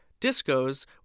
discos